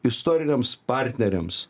istoriniams partneriams